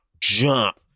jump